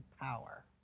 power